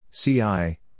CI